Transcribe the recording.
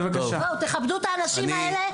תכבדו את האנשים האלה.